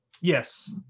Yes